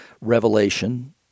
revelation